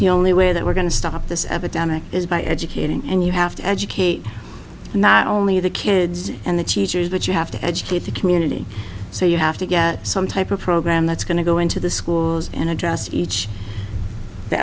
the only way that we're going to stop this epidemic is by educating and you have to educate not only the kids and the teachers but you have to educate the community so you have to get some type of program that's going to go into the schools and address each